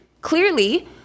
clearly